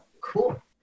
Cool